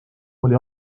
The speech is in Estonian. oli